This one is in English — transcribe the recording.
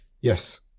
Yes